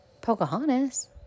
pocahontas